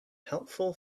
helpful